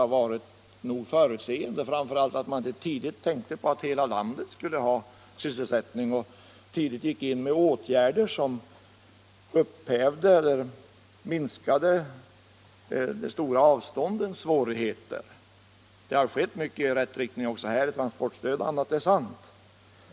Vad jag vänder mig emot är framför allt att man inte tidigt tänkte på att hela landet skulle ha sysselsättning och tidigt gick in med åtgärder som upphävde eller minskade de stora avståndens svårigheter. Det har gjorts mycket i rätt riktning också, i form av transportstöd och annat.